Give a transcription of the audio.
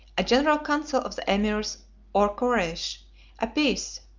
a general council of the emirs or koreish a peace,